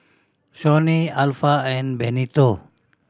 Shawnee Alpha and Benito